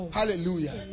Hallelujah